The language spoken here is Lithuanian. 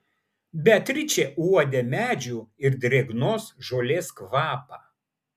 beatričė uodė medžių ir drėgnos žolės kvapą